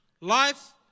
life